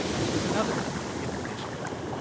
so this was another information battle.